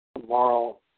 tomorrow